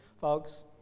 folks